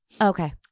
Okay